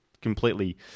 completely